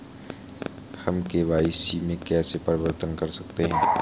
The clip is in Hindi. हम के.वाई.सी में कैसे परिवर्तन कर सकते हैं?